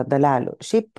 dalelių šiaip